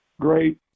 great